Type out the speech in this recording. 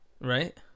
Right